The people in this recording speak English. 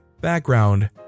Background